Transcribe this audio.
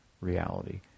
reality